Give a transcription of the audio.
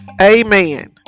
Amen